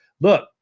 Look